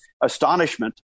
astonishment